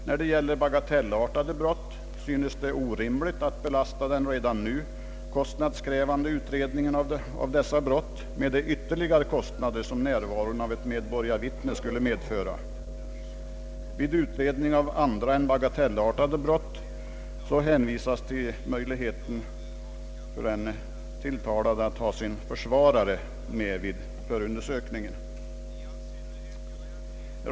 När det gäller bagatellartade brott synes det Sveriges advokatsamfund oriktigt att belasta den redan nu kostnadskrävande utredningen med de ytterligare kostnader som närvaron av eit medborgarvittne skulle medföra. Vid utredningen av andra än bagatellartade brott hänvisas till möjligheten för en tilltalad att ha sin försvarare närvarande vid förundersökningen.